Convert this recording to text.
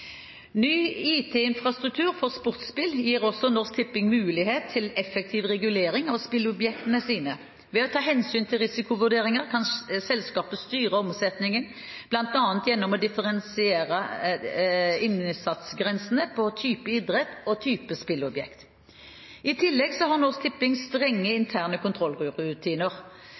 Ny IT-infrastruktur for sportsspill gir også Norsk Tipping mulighet til effektiv regulering av spillobjektene sine. Ved å ta hensyn til risikovurderinger kan selskapet styre omsetningen, bl.a. gjennom å differensiere innsatsgrensene på type idrett og type spillobjekt. I tillegg har Norsk Tipping strenge interne kontrollrutiner.